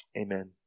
Amen